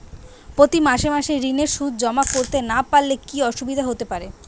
প্রতি মাসে মাসে ঋণের সুদ জমা করতে না পারলে কি অসুবিধা হতে পারে?